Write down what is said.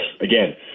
again